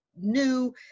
new